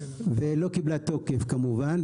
ולא קיבלה תוקף, כמובן.